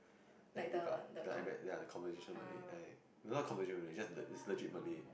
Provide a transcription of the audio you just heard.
then I give up the ya the conversation Malay then I not conversation Malay is just the is legit Malay